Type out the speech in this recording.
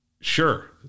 Sure